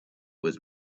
was